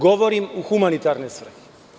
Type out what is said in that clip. Govorim – u humanitarne svrhe.